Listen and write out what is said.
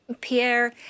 Pierre